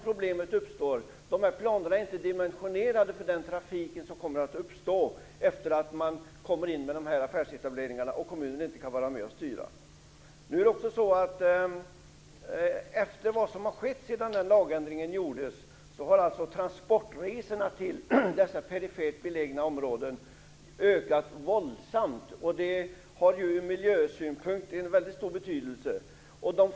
Planerna är alltså inte dimensionerade för den trafik som kommer att uppstå efter sådana affärsetableringar där kommunen inte kan vara med och styra. Efter det att den här lagändringen gjordes har transportresorna till dessa perifert belägna områden ökat våldsamt, och det har ur miljösynpunkt väldigt stor betydelse.